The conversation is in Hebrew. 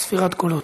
ספירת קולות.